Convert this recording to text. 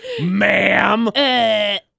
ma'am